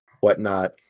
whatnot